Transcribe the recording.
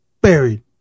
buried